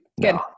Good